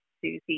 Susie